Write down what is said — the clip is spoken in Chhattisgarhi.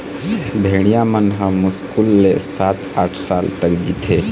भेड़िया मन ह मुस्कुल ले सात, आठ साल तक जीथे